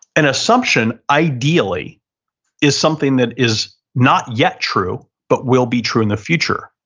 and assumption ideally is something that is not yet true, but will be true in the future.